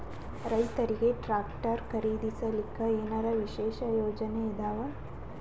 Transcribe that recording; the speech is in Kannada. ರೈತರಿಗೆ ಟ್ರಾಕ್ಟರ್ ಖರೀದಿಸಲಿಕ್ಕ ಏನರ ವಿಶೇಷ ಯೋಜನೆ ಇದಾವ?